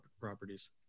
properties